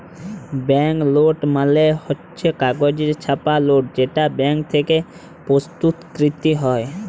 bank note মালে হচ্ছ কাগজে ছাপা লোট যেটা ব্যাঙ্ক থেক্যে প্রস্তুতকৃত হ্যয়